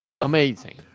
Amazing